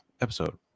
episode